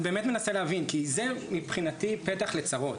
אני באמת מנסה להבין, כי זה מבחינתי פתח לצרות.